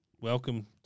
welcome